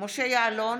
משה יעלון,